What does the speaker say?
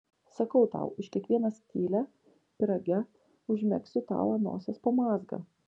sakau tau už kiekvieną skylę pyrage užmegsiu tau ant nosies po mazgą